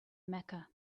mecca